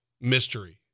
mystery